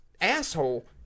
asshole